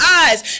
eyes